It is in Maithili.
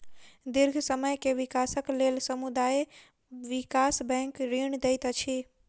दीर्घ समय के विकासक लेल समुदाय विकास बैंक ऋण दैत अछि